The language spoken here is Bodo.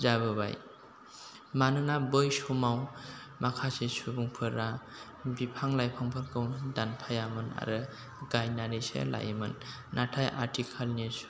जाबोबाय मानोना बै समाव माखासे सुबुंफोरा बिफां लाइफांफोरखौ दानफायामोन आरो गायनानैसो लायोमोन नाथाय आथिखालनि